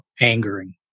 angering